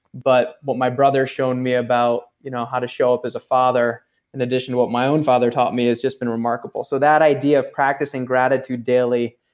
but what my brother's shown me about you know how to show up as a father in addition to what my own father taught me has just been remarkable. so that idea of practicing gratitude daily,